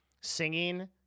singing